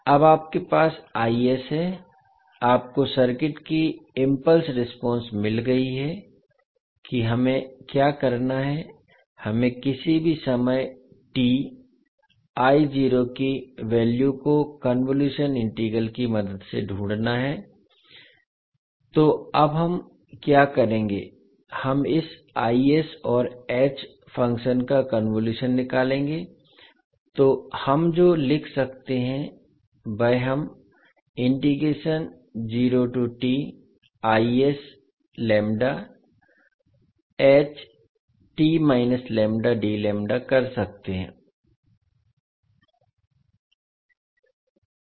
अब आपके पास है आपको सर्किट की इम्पल्स रेस्पोंस मिल गई है कि हमें क्या करना है हमें किसी भी समय टी की कीमत को कन्वोलुशन इंटीग्रल की मदद से ढूंढना है तो अब हम क्या करेंगे हम इस और h फंक्शन का कन्वोलुशन निकालेंगे तो हम जो लिख सकते हैं वह हम कर सकते हैं